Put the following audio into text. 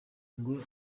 ngo